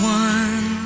one